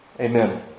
amen